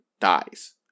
dies